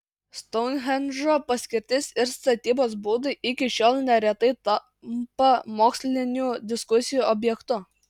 stounhendžo paskirtis ir statybos būdai iki šiol neretai tampa mokslinių diskusijų objektu